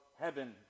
heaven